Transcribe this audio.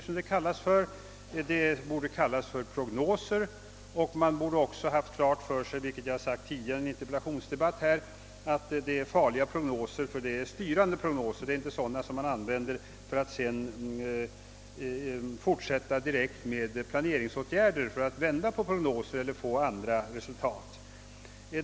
Planeringarna borde hellre kallas prognoser, och man borde haft klart för sig, vilket jag sagt tidigare i en interpellationsdebatt, att dessa prognoöser är farliga eftersom de är styran de. De är inte sådana som man använder för att sedan fortsätta direkt med planeringsåtgärder i avsikt att vända på prognoser eller få andra resultat.